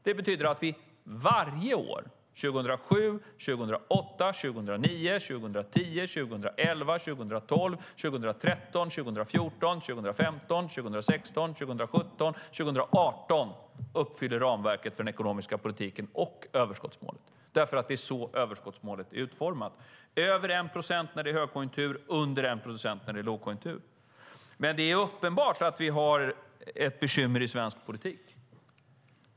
Det betyder att vi varje år - 2007, 2008, 2009, 2010, 2011, 2012, 2013, 2014, 2015, 2016, 2017 och 2018 - uppfyller ramverket för den ekonomiska politiken och överskottsmålet, för det är så överskottsmålet är utformat: över 1 procent när det är högkonjunktur och under 1 procent när det är lågkonjunktur. Det är uppenbart att vi har ett bekymmer i svensk politik.